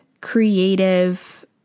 creative